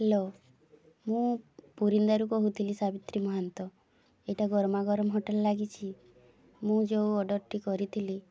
hello ମୁଁ ପୁରୀନ୍ଦାରୁ କହୁଥିଲି ସାବିତ୍ରୀ ମହାନ୍ତ ଏଇଟା ଗରମ ଗରମ ହୋଟେଲ୍ ଲାଗିଛି ମୁଁ ଯେଉଁ ଅର୍ଡ଼ର୍ଟି କରିଥିଲି